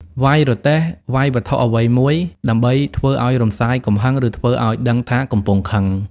វ៉ៃរទេះ វ៉ៃវត្ថុអ្វីមួយដើម្បីធ្វើឱ្យរសាយកំហឹង ឬធ្វើឱ្យដឹងថាកំពុងខឹង។